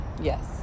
Yes